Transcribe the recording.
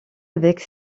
avec